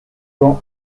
quand